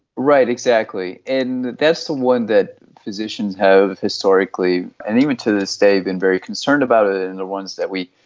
right, exactly, and that's the one that physicians have historically and even to this day been very concerned about, ah and the ones that we,